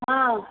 हँ